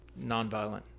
nonviolent